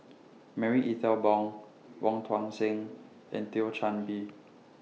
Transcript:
Marie Ethel Bong Wong Tuang Seng and Thio Chan Bee